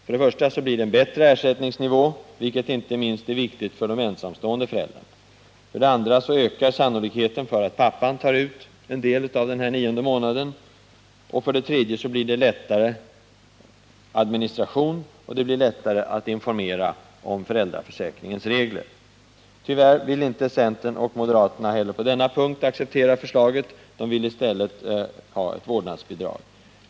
För det första blir det en bättre ersättningsnivå, vilket inte minst är viktigt för de ensamstående föräldrarna. För det andra ökar sannolikheten för att pappan tar ut en del av den nionde månaden. För det tredje blir det lättare administration och lättare att informera om föräldraförsäkringens regler. Tyvärr vill inte centern och moderaterna heller på denna punkt acceptera förslaget. De vill i stället ha ett vårdnadsbidrag.